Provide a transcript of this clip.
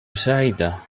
سعيدة